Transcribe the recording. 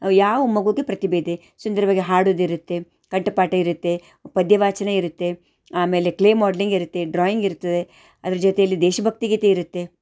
ಯಾವ ಮಗುವಿಗೆ ಪ್ರತಿಭೆ ಇದೆ ಸುಂದರವಾಗಿ ಹಾಡೋಡು ಇರುತ್ತೆ ಕಂಠ ಪಾಠ ಇರುತ್ತೆ ಪದ್ಯವಾಚನ ಇರುತ್ತೆ ಆಮೇಲೆ ಕ್ಲೇ ಮೋಡ್ಲಿಂಗ್ ಇರುತ್ತೆ ಡ್ರಾಯಿಂಗ್ ಇರ್ತದೆ ಅದ್ರ ಜೊತೆಯಲ್ಲಿ ದೇಶ ಭಕ್ತಿ ಗೀತೆ ಇರುತ್ತೆ